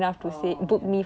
oh ya